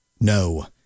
no